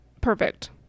perfect